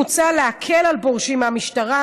מוצע להקל על פורשים מהמשטרה,